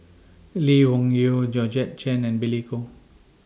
Lee Wung Yew Georgette Chen and Billy Koh